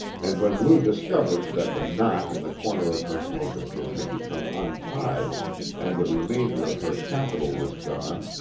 and when lou discovered that the knot in the corner of her handkerchief had become untied and the remainder of her capital was gone,